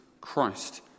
Christ